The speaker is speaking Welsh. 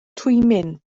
twymyn